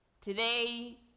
today